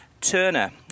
Turner